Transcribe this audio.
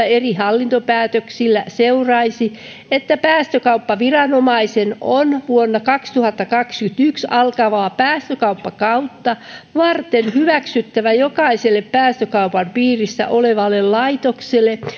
eri hallintopäätöksillä seuraisi että päästökauppaviranomaisen on vuonna kaksituhattakaksikymmentäyksi alkavaa päästökauppakautta varten hyväksyttävä jokaiselle päästökaupan piirissä olevalle laitokselle